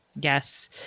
Yes